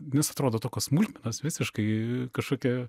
nes atrodo tokios smulkmenos visiškai kažkokie